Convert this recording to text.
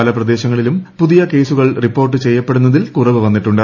പല പ്രദേശങ്ങളിലും പുതിയ ്ക്രിസ്റുകൾ റിപ്പോർട്ട് ചെയ്യപ്പെടുന്നതിൽ കുറവ് വന്നിട്ടുണ്ട്